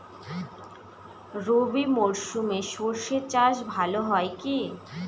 রবি মরশুমে সর্ষে চাস ভালো হয় কি?